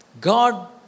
God